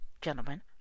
gentlemen